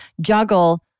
juggle